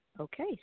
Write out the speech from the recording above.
Okay